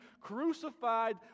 crucified